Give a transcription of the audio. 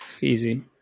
easy